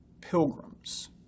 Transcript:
pilgrims